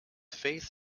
faith